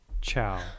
Ciao